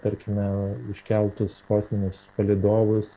tarkime iškeltus kosminius palydovus